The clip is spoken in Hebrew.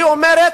היא אומרת,